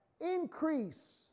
increase